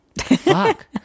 Fuck